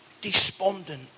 Despondent